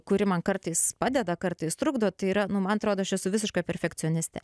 kuri man kartais padeda kartais trukdo tai yra nu man atrodo aš esu visiška perfekcionistė